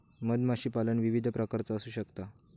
मधमाशीपालन विविध प्रकारचा असू शकता